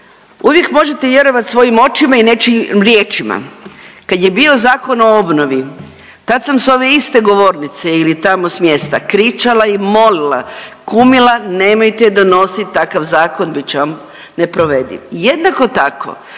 uvijek možete vjerovati svojim očima i nečijim riječima. Kad je bio Zakon o obnovi tad sam sa ove iste govornice ili tamo s mjesta kričala i molila, kumila nemojte donositi takav zakon bit će vam neprovediv. Jednako tako